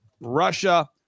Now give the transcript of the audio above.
Russia